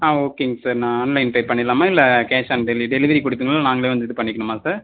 ஆ ஓகேங்க சார் நான் online pay பண்ணிடலாமா இல்லை கேஷ் ஆன் டெலி டெலிவரி கொடுக்கும் போது நாங்களே வந்து இது பண்ணிக்கணுமா சார்